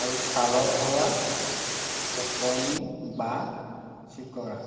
আৰু ছালত হোৱা ওকণি বা চিকৰা